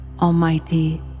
Almighty